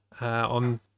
On